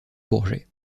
bourget